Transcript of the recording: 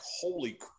holy